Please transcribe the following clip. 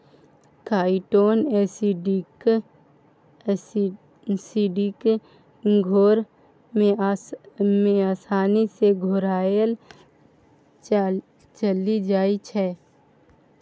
chitosan acidic घोर मे आसानी सँ घोराएल चलि जाइ छै